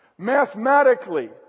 Mathematically